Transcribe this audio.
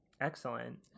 Excellent